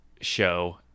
show